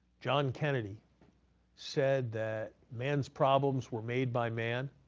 john kennedy said that man's problems were made by man.